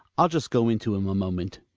i'll just go in to him a moment.